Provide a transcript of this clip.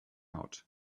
out